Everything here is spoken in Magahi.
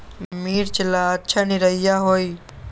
मिर्च ला अच्छा निरैया होई?